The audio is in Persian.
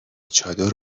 چادر